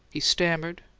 he stammered,